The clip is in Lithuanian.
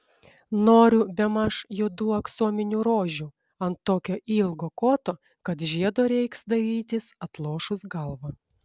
noriu bemaž juodų aksominių rožių ant tokio ilgo koto kad žiedo reiks dairytis atlošus galvą